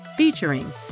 Featuring